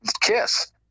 Kiss